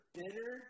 bitter